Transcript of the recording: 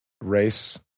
race